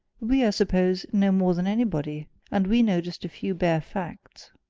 we, i suppose, know more than anybody and we know just a few bare facts.